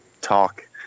talk